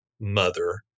mother